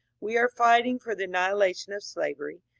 we are fighting for the annihila tion of slavery,